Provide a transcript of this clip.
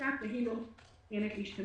האחרונה.